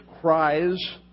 Cries